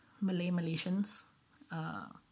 Malay-Malaysians